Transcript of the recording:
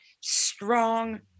strong